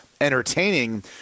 entertaining